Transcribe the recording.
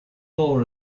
law